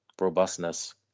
robustness